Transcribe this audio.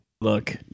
Look